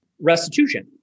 restitution